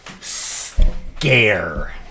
scare